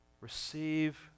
Receive